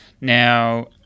Now